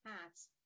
hats